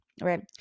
Right